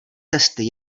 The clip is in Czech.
testy